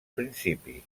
principis